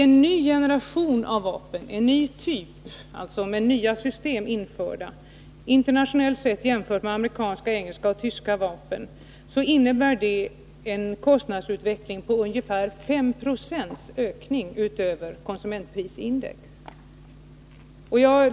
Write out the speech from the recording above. En ny generation av vapen, alltså en ny typ med nya system, innebär internationellt sett — man talar då om amerikanska, engelska och tyska vapen — en kostnadsökning på ungefär 5 96 utöver konsumentprisindex.